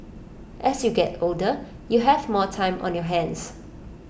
as you get older you have more time on your hands